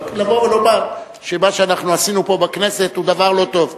לבוא ולומר שמה שאנחנו עשינו פה בכנסת הוא דבר לא טוב.